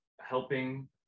helping